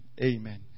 amen